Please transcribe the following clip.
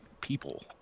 people